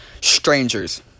strangers